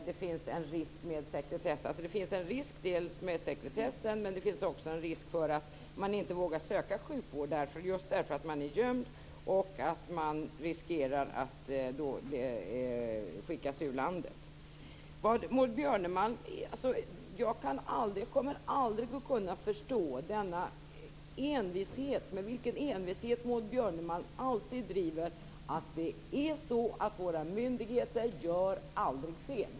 Detta leder förstås dels till en risk med sekretessen, dels till en risk att man inte vågar söka sjukvård just därför att man är gömd och riskerar att skickas ur landet. Jag kommer aldrig att kunna förstå den envishet med vilken Maud Björnemalm alltid driver att våra myndigheter aldrig gör fel.